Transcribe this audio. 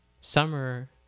Summer